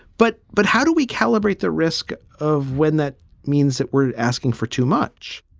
but but how do we calibrate the risk of when that means that we're asking for too much?